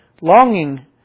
longing